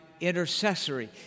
intercessory